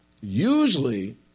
Usually